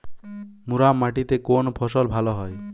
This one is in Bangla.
মুরাম মাটিতে কোন ফসল ভালো হয়?